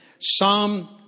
Psalm